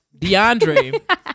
DeAndre